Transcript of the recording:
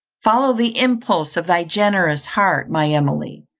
follow the impulse of thy generous heart, my emily.